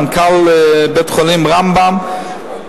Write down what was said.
מנכ"ל בית-החולים "רמב"ם",